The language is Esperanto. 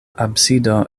absido